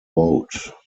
vote